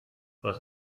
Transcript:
was